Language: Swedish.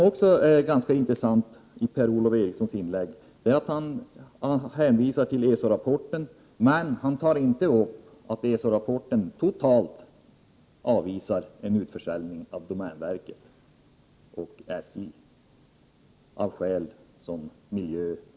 Det är ganska intressant att Per-Ola Eriksson i sitt inlägg hänvisar till ESO-rapporten, men han tar inte upp att man i ESO-rapporten av miljöoch naturhänsyn totalt avvisar en utförsäljning av domänverket och SJ.